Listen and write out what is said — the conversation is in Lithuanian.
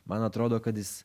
man atrodo kad jis